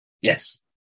Yes